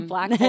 Black